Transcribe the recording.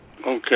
Okay